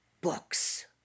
books